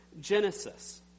Genesis